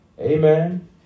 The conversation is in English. Amen